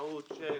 המשמעות של